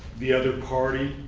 the other party.